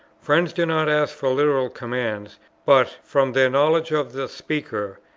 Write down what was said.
friends do not ask for literal commands but, from their knowledge of the speaker,